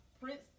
Prince